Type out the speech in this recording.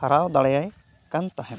ᱦᱟᱨᱟᱣ ᱫᱟᱲᱮᱭᱟᱭ ᱠᱟᱱ ᱛᱟᱦᱮᱸᱫ